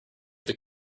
have